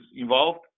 involved